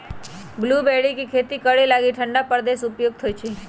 blueberry के खेती करे लागी ठण्डा प्रदेश उपयुक्त होइ छै